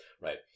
right